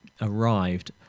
arrived